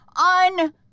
on